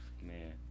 Man